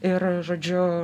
ir žodžiu